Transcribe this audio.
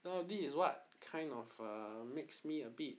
now this is what kind of err makes me a bit